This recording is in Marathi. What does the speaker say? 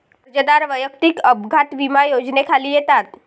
कर्जदार वैयक्तिक अपघात विमा योजनेखाली येतात